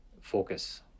focus